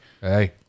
Hey